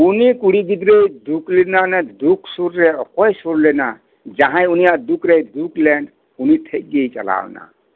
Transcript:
ᱩᱱᱤ ᱠᱩᱲᱤ ᱜᱤᱫᱽᱨᱟᱹ ᱫᱩᱠ ᱨᱮᱭᱟᱜ ᱫᱩᱠ ᱥᱩᱨ ᱨᱮ ᱚᱠᱚᱭᱮ ᱥᱩᱨ ᱞᱮᱱᱟ ᱡᱟᱦᱟᱸᱭ ᱩᱱᱤᱭᱟᱜ ᱫᱩᱠ ᱨᱮᱭ ᱫᱩᱠ ᱞᱮᱱ ᱩᱱᱤ ᱴᱷᱮᱱ ᱜᱮᱭ ᱪᱟᱞᱟᱣᱮᱱᱟ